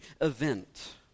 event